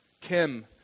Kim